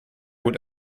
gut